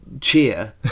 cheer